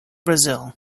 brazil